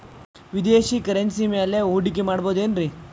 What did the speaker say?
ವಿದೇಶಿ ಕರೆನ್ಸಿ ಮ್ಯಾಲೆ ಹೂಡಿಕೆ ಮಾಡಬಹುದೇನ್ರಿ?